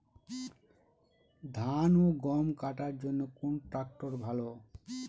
ধান ও গম কাটার জন্য কোন ট্র্যাক্টর ভালো?